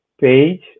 page